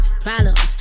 problems